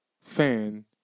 fan